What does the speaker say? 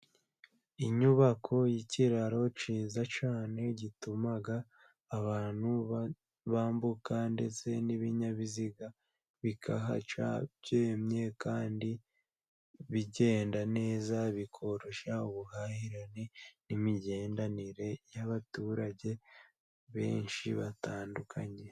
Inyubako y'ikiraro kiza cyane gituma abantu bambuka ndetse n'ibinyabiziga bikahaca byemye kandi bigenda neza, bikoroshya ubuhahirane n'imigenderanire y'abaturage benshi batandukanye.